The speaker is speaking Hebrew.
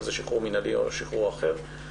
אם זה שחרור מינהלי או שחרור אחר,